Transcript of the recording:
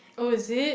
oh is it